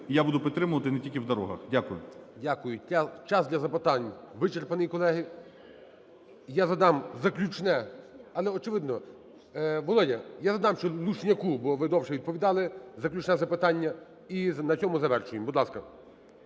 я буду підтримувати не тільки в дорогах. Дякую. ГОЛОВУЮЧИЙ. Дякую. Час для запитань вичерпаний, колеги. Я задам заключне, а не очевидно... Володя, я додам ще Люшняку, бо ви довше відповідали, заключне запитання. І на цьому завершуємо. Будь ласка.